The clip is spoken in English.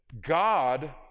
God